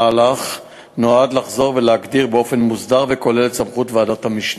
המהלך נועד לחזור ולהגדיר באופן מוסדר וכולל את סמכות ועדת המשנה.